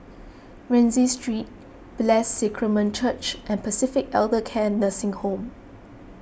Rienzi Street Blessed Sacrament Church and Pacific Elder Care Nursing Home